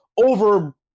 over